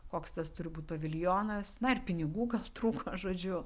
koks tas turi būt paviljonas na ir pinigų gal trūko žodžiu